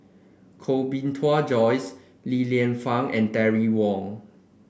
Koh Bee Tuan Joyce Li Lienfung and Terry Wong